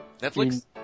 Netflix